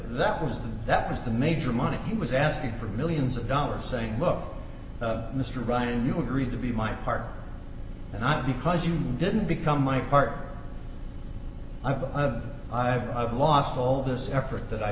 that was that was the major money he was asking for millions of dollars saying look mr ryan you agreed to be my partner and not because you didn't become my part of a i've i've lost all this effort that i